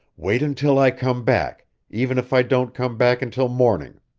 wait until i come back, even if i don't come back until morning.